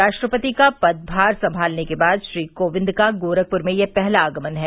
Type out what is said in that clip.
राष्ट्रपति का पदभार संभालने के बाद श्री कोविंद का गोरखपुर में यह पहला आगमन है